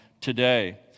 today